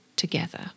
together